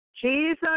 Jesus